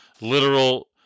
literal